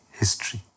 history